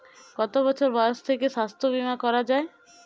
কত বছর বয়স থেকে স্বাস্থ্যবীমা করা য়ায়?